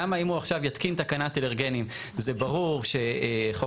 למה אם הוא עכשיו יתקין תקנת אלרגנים זה ברור שחוק